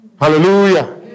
Hallelujah